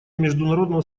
международного